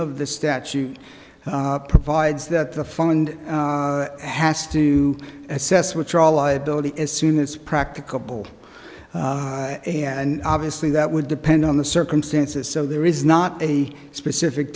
of the statute provides that the fund has to assess which are liability as soon as practicable and obviously that would depend on the circumstances so there is not a specific